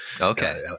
Okay